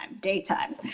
Daytime